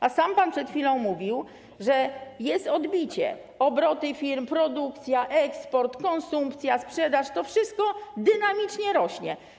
A sam pan przed chwilą mówił, że jest odbicie: obroty firm, produkcja, eksport, konsumpcja, sprzedaż - to wszystko dynamicznie rośnie.